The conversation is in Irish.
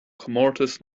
comórtas